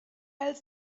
else